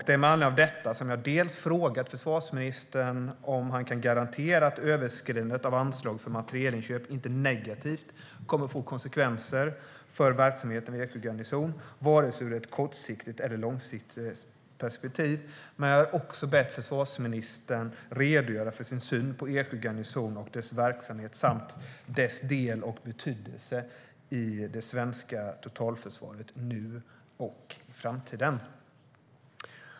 Det är med anledning av detta som jag dels frågat försvarsministern om han kan garantera att överskridandet av anslag för materielinköp inte kommer att få negativa konsekvenser för verksamheten vid Eksjö garnison vare sig ur ett kortsiktigt eller ur ett långsiktigt perspektiv, dels bett försvarsministern redogöra för sin syn på Eksjö garnison och dess verksamhet samt dess del och betydelse i det svenska totalförsvaret nu och i framtiden.